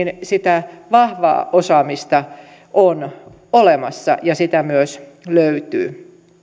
sitä vahvaa osaamista on olemassa ja sitä myös löytyy